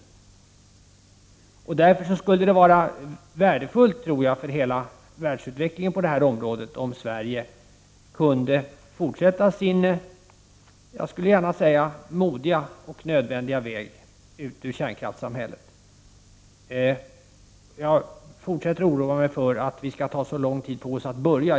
Därför tror jag att det skulle vara värdefullt för hela världsutvecklingen på det här området om Sverige kunde fortsätta sin, jag skulle gärna säga modiga och nödvändiga, väg ut ur kärnkraftssamhället. Jag fortsätter att oroa mig för att vi tar så lång tid på oss för att börja.